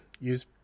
Use